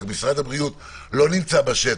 רק משרד הבריאות לא נמצא בשטח.